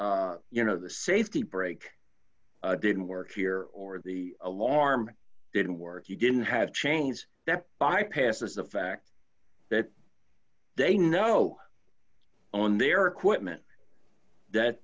you know the safety brake didn't work here or the alarm didn't work you didn't have chains that bypasses the fact that they know on their equipment that